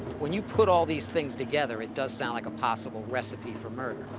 when you put all these things together, it does sound like a possible recipe for murder.